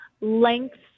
lengths